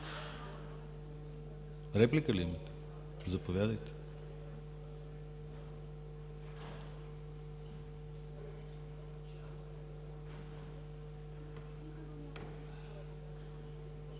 Реплика ли? Заповядайте.